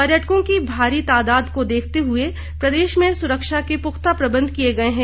पर्यटकों की भारी तादाद को देखते हुए प्रदेश में सुरक्षा के पुख्ता प्रबंध किए गए हैं